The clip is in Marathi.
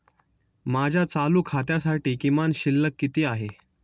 माझ्या चालू खात्यासाठी किमान शिल्लक किती आहे?